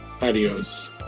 Adios